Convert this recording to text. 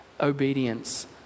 obedience